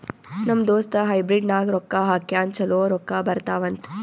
ನಮ್ ದೋಸ್ತ ಹೈಬ್ರಿಡ್ ನಾಗ್ ರೊಕ್ಕಾ ಹಾಕ್ಯಾನ್ ಛಲೋ ರೊಕ್ಕಾ ಬರ್ತಾವ್ ಅಂತ್